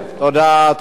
תודה, תודה.